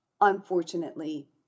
unfortunately